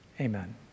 Amen